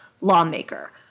lawmaker